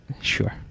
Sure